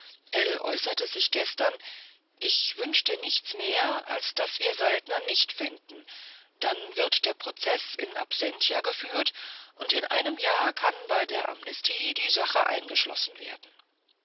äußerte sich gestern ich wünschte nichts mehr als daß wir saltner nicht fänden dann wird der prozeß in absentia geführt und in einem jahr kann bei der amnestie die sache eingeschlossen werden